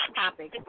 topic